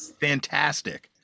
fantastic